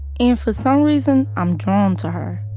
and for some reason, i'm drawn to her.